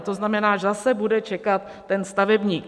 To znamená, že zase bude čekat ten stavebník.